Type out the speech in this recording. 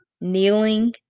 Kneeling